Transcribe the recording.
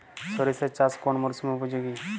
সরিষা চাষ কোন মরশুমে উপযোগী?